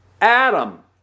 Adam